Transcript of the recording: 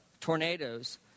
Tornadoes